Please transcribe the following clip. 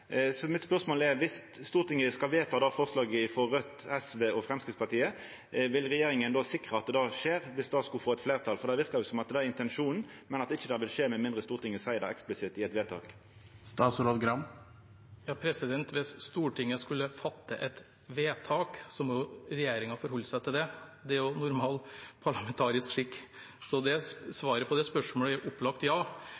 Så mitt spørsmål er: Viss Stortinget skal vedta forslaget frå Raudt, SV og Framstegspartiet, vil regjeringa då sikra at det skjer – viss det skulle få et fleirtal? Det verkar som at det er intensjonen, men at det ikkje vil skje med mindre Stortinget seier det eksplisitt i eit vedtak. Hvis Stortinget skulle fatte et vedtak, må regjeringen forholde seg til det, det er normal parlamentarisk skikk. Så svaret på det